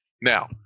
Now